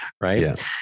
right